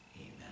Amen